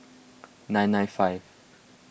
nine nine five